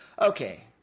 Okay